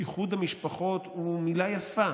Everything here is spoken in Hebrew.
שאיחוד המשפחות הוא מילה יפה,